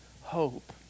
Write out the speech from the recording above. hope